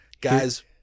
Guys